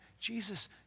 Jesus